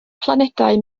planedau